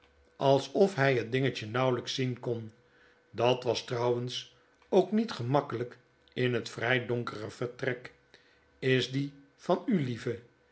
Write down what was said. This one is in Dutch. alsof hij het dingetje nauwelyks zien kon dat was trouwens ook niet gemakkelyk in het vry donkere vertrek is die van u lieve